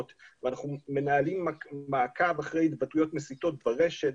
ואנחנו מנהלים מעקב אחרי התבטאויות מסיתות ברשת,